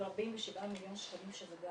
אבל 47 מיליון שקלים שזה גם